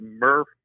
Murph